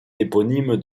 éponyme